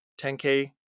10K